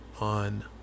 on